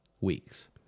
weeks